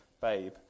babe